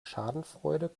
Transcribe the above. schadenfreude